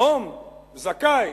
לאום זכאי